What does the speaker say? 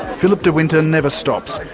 philip dewinter never stops.